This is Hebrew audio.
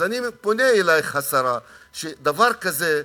אז אני פונה אלייך, השרה, שדבר כזה,